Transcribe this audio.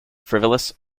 frivolous